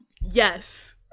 yes